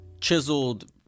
chiseled